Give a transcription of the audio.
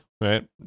right